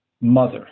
mother